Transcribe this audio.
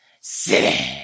city